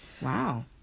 Wow